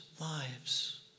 lives